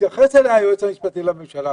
התייחס אליה היועץ המשפטי לממשלה.